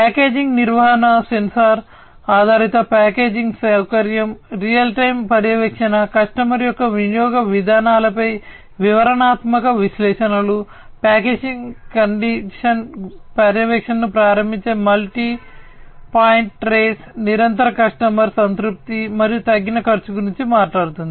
packaging నిర్వహణ sensor ఆధారిత packaging సౌకర్యం రియల్ టైమ్ పర్యవేక్షణ కస్టమర్ యొక్క వినియోగ విధానాలపై వివరణాత్మక విశ్లేషణలు ప్యాకేజీ కండిషన్ పర్యవేక్షణను ప్రారంభించే మల్టీ పాయింట్ ట్రేస్ నిరంతర కస్టమర్ సంతృప్తి మరియు తగ్గిన ఖర్చు గురించి మాట్లాడుతుంది